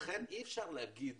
לכן אי-אפשר להגיד